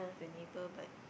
the neighbour but